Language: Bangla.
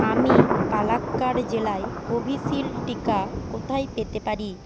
আমি পালাক্কাড় জেলায় কোভিশিল্ড টিকা কোথায় পেতে পারি